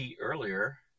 earlier